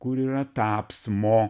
kur yra tapsmo